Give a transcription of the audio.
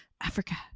Africa